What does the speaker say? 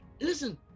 Listen